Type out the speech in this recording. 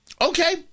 Okay